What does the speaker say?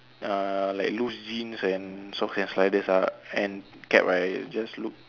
uh like loose jeans and socks and sliders ah and cap right just look